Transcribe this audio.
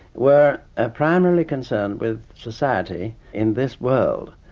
were ah primarily concerned with society in this world,